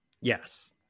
Yes